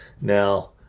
Now